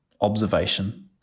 observation